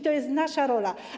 To jest nasza rola.